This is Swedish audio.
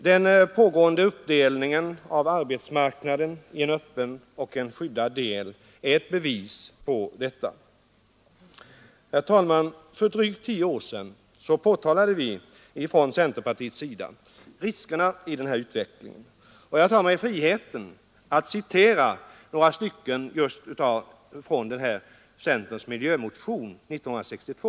Den pågående uppdelningen av arbetsmarknaden i en öppen och en skyddad del är ett bevis på detta. Herr talman! För drygt tio år sedan påtalade vi från centerpartiets sida riskerna i denna utveckling, och jag tar mig friheten att här citera några stycken ur centerns miljömotion nr 587 år 1962.